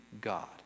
God